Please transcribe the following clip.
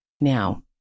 Now